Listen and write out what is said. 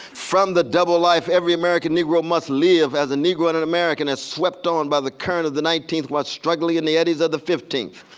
from the double life every american negro must live as a negro an and american as swept on by the current of the nineteenth, while struggling in the eddies of the fifteenth.